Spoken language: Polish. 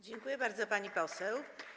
Dziękuję bardzo, pani poseł.